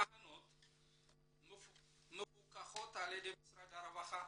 התחנות מפוקחות על ידי משרד הרווחה,